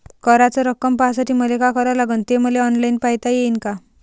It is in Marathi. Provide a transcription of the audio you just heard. कराच रक्कम पाहासाठी मले का करावं लागन, ते मले ऑनलाईन पायता येईन का?